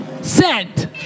Sent